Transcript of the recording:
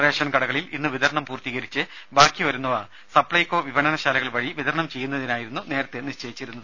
ration കടകളിൽ ഇന്നു വിതരണം പൂർത്തീകരിച്ച് ബാക്കി വരുന്നവ സപ്പൈകോ വിപണനശാലകൾ വഴി വിതരണം ചെയ്യുന്നതിനായിരുന്നു നേരത്തെ നിശ്ചയിച്ചിരുന്നത്